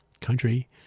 country